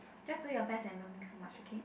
just do your best and don't think so much okay